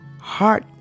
heart